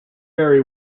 very